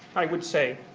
i would say,